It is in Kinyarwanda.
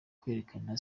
kwerekana